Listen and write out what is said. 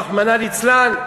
רחמנא ליצלן.